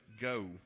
go